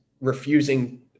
refusing